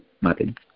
Martin